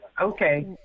okay